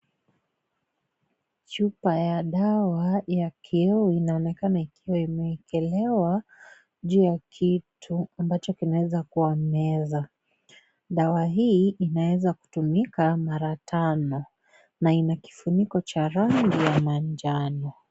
Chupa ya dawa ya kioo inaonekana ikiwa inewekelewa juu ya kitu ambacho Kinaweza kuwa meza. Dawa hii inaweza kutumika mara tano na Ina kifuniko cha rangi ya manjano.